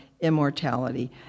immortality